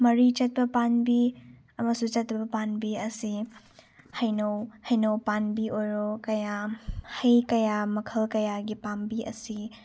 ꯃꯔꯤ ꯆꯠꯄ ꯄꯥꯝꯕꯤ ꯑꯃꯁꯨꯡ ꯆꯠꯇꯕ ꯄꯥꯝꯕꯤ ꯑꯁꯤ ꯍꯩꯅꯧ ꯍꯩꯅꯧ ꯄꯥꯝꯕꯤ ꯑꯣꯏꯔꯣ ꯀꯌꯥ ꯍꯩ ꯀꯌꯥ ꯃꯈꯜ ꯀꯌꯥꯒꯤ ꯄꯥꯝꯕꯤ ꯑꯁꯤ